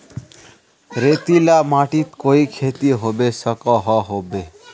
रेतीला माटित कोई खेती होबे सकोहो होबे?